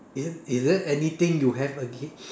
is is there anything you have against